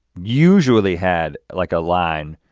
usually had, like a line,